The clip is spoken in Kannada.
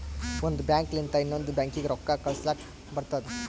ಒಂದ್ ಬ್ಯಾಂಕ್ ಲಿಂತ ಇನ್ನೊಂದು ಬ್ಯಾಂಕೀಗಿ ರೊಕ್ಕಾ ಕಳುಸ್ಲಕ್ ಬರ್ತುದ